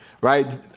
Right